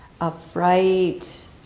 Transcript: upright